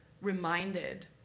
reminded